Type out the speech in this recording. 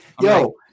Yo